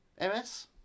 MS